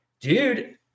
dude